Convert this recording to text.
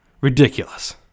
Ridiculous